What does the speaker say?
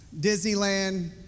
Disneyland